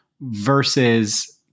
versus